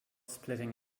splitting